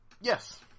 yes